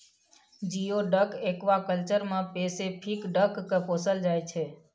geoduck aquaculture मे Pacific duck केँ पोसल जाइ छै